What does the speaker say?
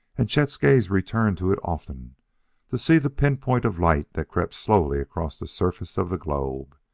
and chet's gaze returned to it often to see the pinpoint of light that crept slowly across the surface of a globe.